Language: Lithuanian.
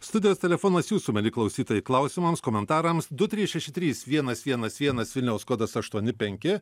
studijos telefonas jūsų mieli klausytojai klausimams komentaramsdu trys šeši trys vienas vienas vienas vilniaus kodas aštuoni penki